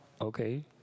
okay